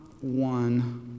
one